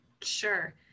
Sure